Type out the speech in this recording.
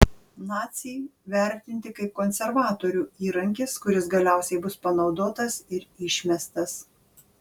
naciai vertinti kaip konservatorių įrankis kuris galiausiai bus panaudotas ir išmestas